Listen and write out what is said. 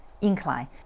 incline